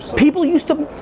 people used to,